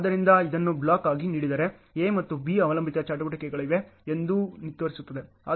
ಆದ್ದರಿಂದ ಇದನ್ನು ಬ್ಲಾಕ್ ಆಗಿ ನೀಡಿದರೆ A ಮತ್ತು B ಅವಲಂಬಿತ ಚಟುವಟಿಕೆಗಳಲ್ಲಿವೆ ಎಂದು ಇದು ತೋರಿಸುತ್ತದೆ